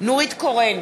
נורית קורן,